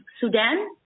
Sudan